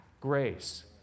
grace